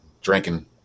drinking